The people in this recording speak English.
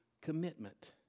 commitment